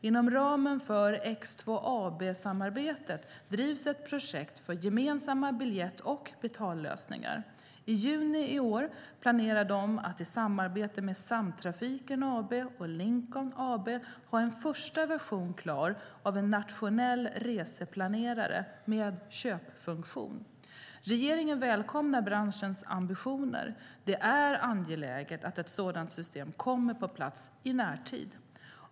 Inom ramen för X2AB-samarbetet drivs ett projekt för gemensamma biljett och betallösningar. I juni i år planerar de att i samarbete med Samtrafiken AB och Linkon AB ha en första version klar av en nationell reseplanerare med köpfunktion. Regeringen välkomnar branschens ambitioner. Det är angeläget att ett sådant system kommer på plats i närtid.